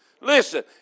Listen